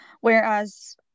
whereas